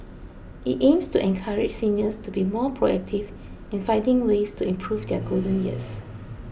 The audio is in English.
it aims to encourage seniors to be more proactive in finding ways to improve their golden years